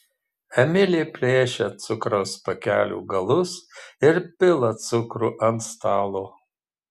emilė plėšia cukraus pakelių galus ir pila cukrų ant stalo